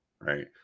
right